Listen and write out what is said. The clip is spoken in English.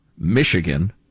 Michigan